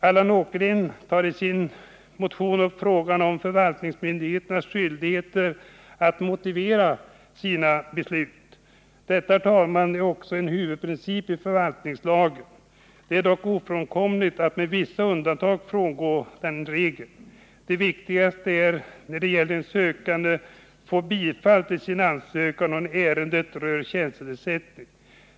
Allan Åkerlind tar i sin motion upp frågan om förvaltningsmyndigheternas skyldighet att motivera sina beslut. Detta, herr talman, är också en huvudprincip i förvaltningslagen. Det är dock ofrånkomligt med vissa undantag från den regeln. De viktigaste undantagen är de fall där en sökande får bifall till sin framställning och där ärendet rör tjänstetillsättning.